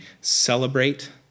celebrate